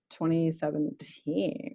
2017